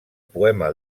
poema